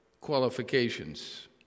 qualifications